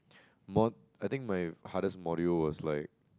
mod~ I think my hardest module was like